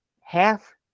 half